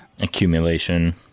Accumulation